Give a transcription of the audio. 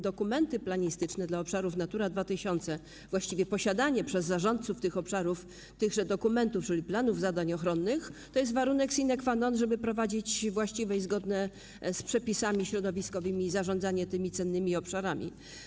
Dokumenty planistyczne dla obszarów Natury 2000, właściwie posiadanie przez zarządców tych obszarów tychże dokumentów, czyli planów zadań ochronnych, to jest warunek sine qua non, żeby prowadzić właściwe i zgodne z przepisami środowiskowymi zarządzanie tymi cennymi obszarami.